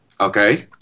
Okay